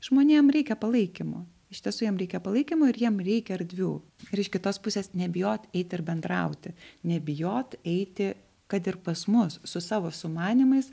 žmonėm reikia palaikymo iš tiesų jiem reikia palaikymo ir jiem reikia erdvių ir iš kitos pusės nebijot eit ir bendrauti nebijot eiti kad ir pas mus su savo sumanymais